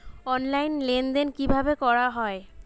Online লেনদেন কিভাবে করা হয়?